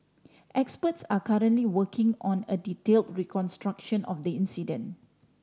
experts are currently working on a detail reconstruction of the incident